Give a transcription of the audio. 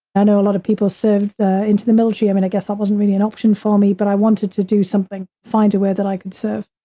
i know a lot of people served into the military. i mean, i guess that wasn't really an option for me, but i wanted to do something, find a way that i could serve.